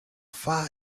far